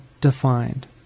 defined